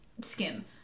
Skim